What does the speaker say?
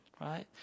right